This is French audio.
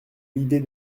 l’idée